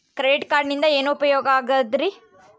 Credit ಕಾರ್ಡಿನಿಂದ ಏನು ಉಪಯೋಗದರಿ?